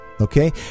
Okay